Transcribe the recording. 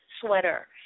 sweater